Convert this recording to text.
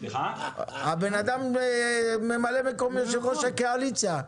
הבן-אדם ממלא-מקום יו"ר הקואליציה.